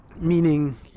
meaning